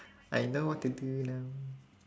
I know what to do now